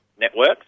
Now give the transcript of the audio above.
networks